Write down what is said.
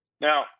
Now